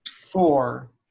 four